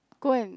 go and